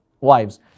wives